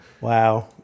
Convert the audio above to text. Wow